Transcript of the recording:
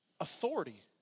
Authority